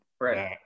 Right